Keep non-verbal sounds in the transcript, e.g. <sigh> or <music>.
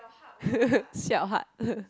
<laughs> 小 hard <laughs>